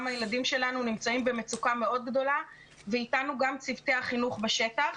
הילדים שלנו נמצאים במצוקה מאוד גדולה ואתנו גם צוותי החינוך בשטח.